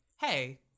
Hey